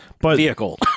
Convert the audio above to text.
Vehicle